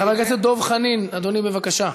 חבר הכנסת דב חנין, אדוני, בבקשה.